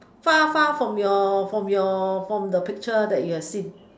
far far from your from your from the picture that you have seen